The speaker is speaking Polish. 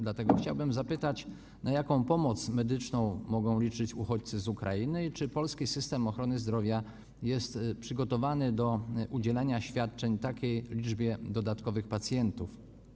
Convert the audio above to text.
Dlatego chciałbym zapytać, na jaką pomoc medyczną mogą liczyć uchodźcy z Ukrainy i czy polski system ochrony zdrowia jest przygotowany do udzielania świadczeń takiej liczbie dodatkowych pacjentów.